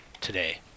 today